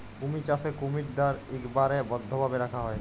কুমির চাষে কুমিরদ্যার ইকবারে বদ্ধভাবে রাখা হ্যয়